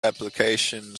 application